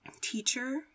teacher